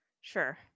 Sure